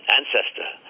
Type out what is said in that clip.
ancestor